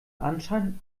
anschein